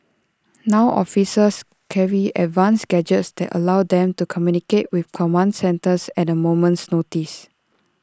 now officers carry advanced gadgets that allow them to communicate with command centres at A moment's notice